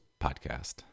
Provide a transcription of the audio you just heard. Podcast